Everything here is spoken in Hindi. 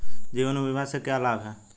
जीवन बीमा से क्या लाभ हैं?